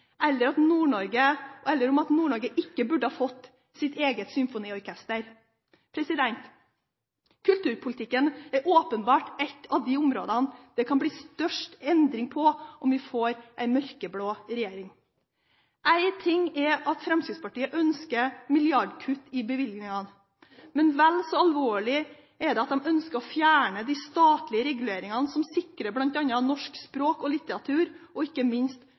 eller at Nord-Norge har fått sitt eget symfoniorkester. Kulturpolitikken er åpenbart et av de områdene det kan bli størst endring på om vi får en mørkeblå regjering. En ting er at Fremskrittspartiet ønsker milliardkutt i bevilgningene, men vel så alvorlig er at de ønsker å fjerne de statlige reguleringene som sikrer bl.a. norsk språk og litteratur og ikke minst